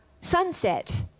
sunset